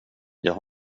jag